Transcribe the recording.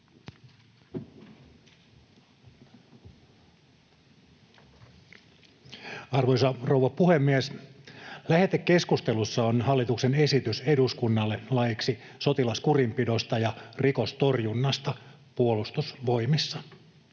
laeiksi Time: 16:05 Content: Arvoisa rouva puhemies! Lähetekeskustelussa on hallituksen esitys eduskunnalle laeiksi sotilaskurinpidosta ja rikostorjunnasta Puolustusvoimissa.